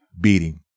beating